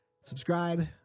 Subscribe